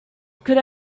could